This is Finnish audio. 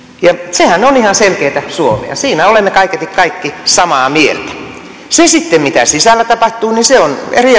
sehän on ihan selkeätä suomea siinä olemme kaiketi kaikki samaa mieltä se mitä sisällä tapahtuu on sitten eri